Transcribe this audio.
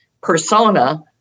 persona